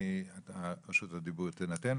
רשות הדיבור תינתן,